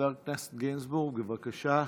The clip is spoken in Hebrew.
חבר הכנסת גינזבורג, בבקשה,